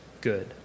good